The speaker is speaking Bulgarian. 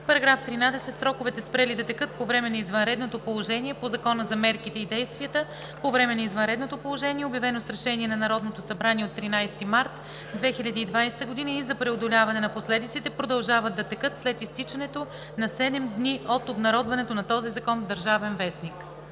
§ 13: „§ 13. Сроковете, спрели да текат по време на извънредното положение по Закона за мерките и действията по време на извънредното положение, обявено с Решение на Народното събрание от 13 март 2020 г. и за преодоляване на последиците, продължават да текат след изтичането на 7 дни от обнародването на този закон в „Държавен вестник“.“